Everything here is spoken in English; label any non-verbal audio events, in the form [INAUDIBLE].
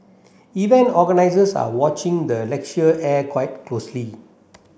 event organisers are watching the [UNINTELLIGIBLE] air [UNINTELLIGIBLE] closely